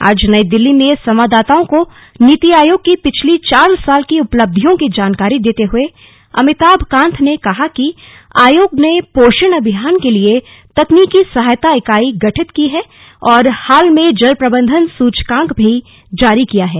आज नई दिल्ली में संवाददाताओं को नीति आयोग की पिछली चार साल की उपलब्धियों की जानकारी देते हुए श्री अमिताभ कांत ने कहा कि आयोग ने पोषण अभियान के लिए तकनीकी सहायता इकाई गठित की है और हाल में जलप्रबंधन सूचकांक भी जारी किया है